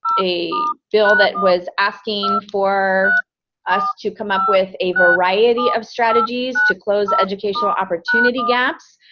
a bill that was asking for us to come up with a variety of strategies to close educational opportunity gaps,